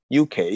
UK